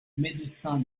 médecin